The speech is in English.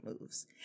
moves